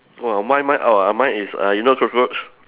!wah! mine mine oh mine is uh you know cockroach